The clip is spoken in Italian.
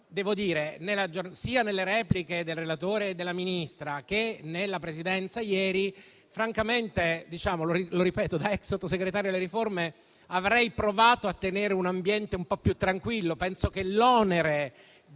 Sia nelle repliche del relatore e della Ministra che negli interventi della Presidenza di ieri, io francamente, lo dico da ex Sottosegretario alle riforme, avrei provato a tenere un ambiente un po' più tranquillo. Penso che l'onere della